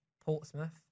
Portsmouth